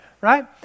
right